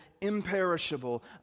imperishable